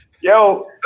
yo